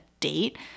Date